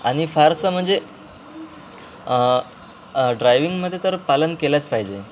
आणि फारसं म्हणजे ड्रायविंगमध्ये तर पालन केलंच पाहिजे